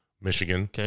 Michigan